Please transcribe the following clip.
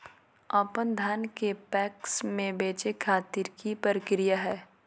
अपन धान के पैक्स मैं बेचे खातिर की प्रक्रिया हय?